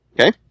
Okay